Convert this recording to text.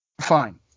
Fine